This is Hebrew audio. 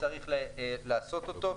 וצריך לעשות אותו,